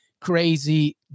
crazy